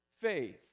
faith